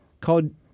called